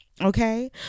Okay